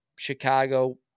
Chicago